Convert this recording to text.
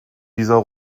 dieser